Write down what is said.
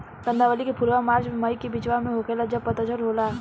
कंदावली के फुलवा मार्च से मई के बिचवा में होखेला जब पतझर होला